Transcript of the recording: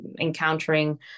encountering